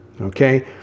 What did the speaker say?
okay